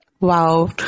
Wow